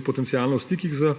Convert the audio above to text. potencialno v stikih z